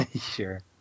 Sure